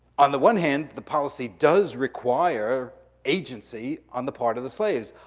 on the one hand, the policy does require agency on the part of the slaves.